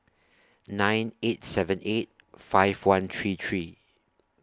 nine eight seven eight five one three three